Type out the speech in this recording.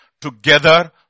together